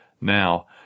Now